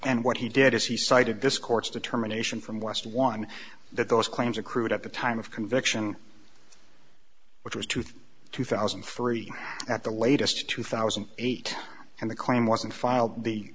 and what he did is he cited this court's determination from west one that those claims accrued at the time of conviction which was true two thousand and three at the latest two thousand and eight and the claim wasn't file